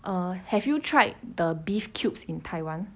err have you tried the beef cubes in taiwan